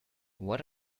what